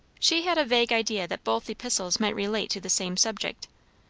she had a vague idea that both epistles might relate to the same subject.